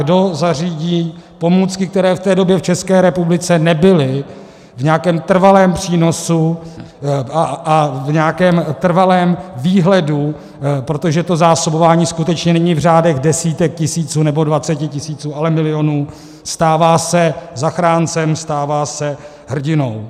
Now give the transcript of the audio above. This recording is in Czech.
Kdo zařídí pomůcky, které v té době v České republice nebyly v nějakém trvalém přínosu a v nějakém trvalém výhledu, protože to zásobování skutečně není v řádech desítek tisíc, nebo dvaceti tisíc, ale milionů, stává se zachráncem, stává se hrdinou.